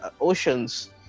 oceans